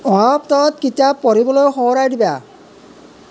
অহা সপ্তাহত কিতাপ পঢ়িবলৈ সোঁৱৰাই দিবা